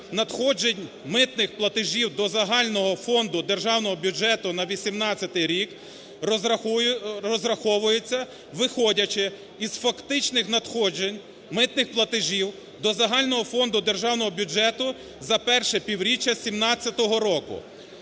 надходжень митних платежів до загального фонду державного бюджету на 2018 рік розраховується, виходячи із фактичних надходжень митних платежів до загального фонду державного бюджету за перше півріччя 2017 року